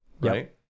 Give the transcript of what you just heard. right